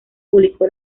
publicó